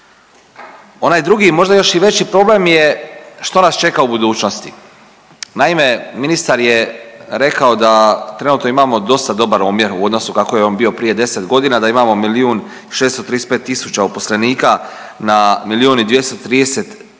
Onaj drugi možda još i veći problem je što nas čeka u budućnosti. Naime, ministar je rekao da trenutno imamo dosta dobar omjer u odnosu kako je on bio prije 10 godina da imamo milijun 635 tisuća uposlenika na milijun i 230 tisuća